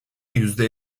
yüzde